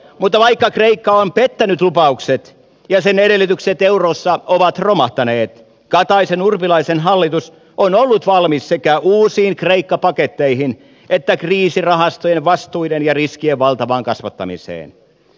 mutta vaikka kreikka on pettänyt lupaukset ja sen edellytykset eurossa ovat romahtaneet kataisenurpilaisen hallitus on ollut valmis sekä uusiin kreikka paketteihin että kriisirahastojen vastuiden ja riskien valtavaan kasvattamiseen